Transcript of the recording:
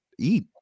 Eat